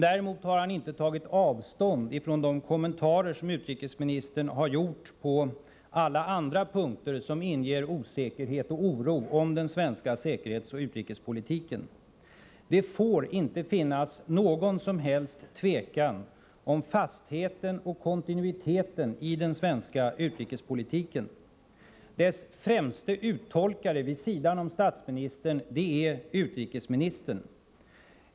Däremot har han inte tagit avstånd från de kommentarer som utrikesministern har gjort på alla andra punkter som inger osäkerhet och oro när det gäller den svenska säkerhetsoch utrikespolitiken. Det får inte finnas någon tvekan om fastheten och kontinuiteten i den svenska utrikespolitiken. Dess främste uttolkare vid sidan av statsministern är utrikesministern.